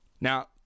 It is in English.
Now